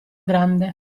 grande